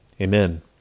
Amen